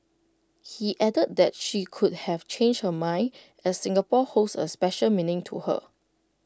he added that she could have changed her mind as Singapore holds A special meaning to her